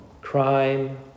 crime